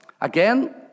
Again